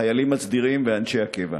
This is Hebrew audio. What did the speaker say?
החיילים הסדירים ואנשי הקבע.